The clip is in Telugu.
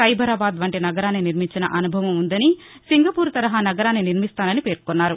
సైబరాబాద్ వంటి నగరాన్ని నిర్మించిన అనుభవం ఉందని సింగపూర్ తరహా నగరాన్ని నిర్మిస్తానని పేర్కొన్నారు